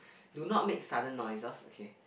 do not make sudden noises okay